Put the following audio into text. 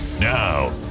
Now